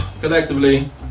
Collectively